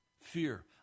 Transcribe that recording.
fear